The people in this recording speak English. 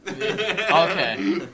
Okay